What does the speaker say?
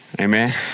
Amen